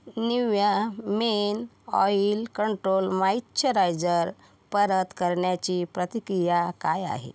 Nivea men oil control moisturiser परत करण्याची प्रतिक्रिया काय आहे